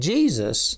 Jesus